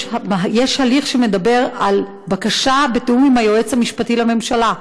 יש הליך שמדבר על בקשה בתיאום עם היועץ המשפטי לממשלה.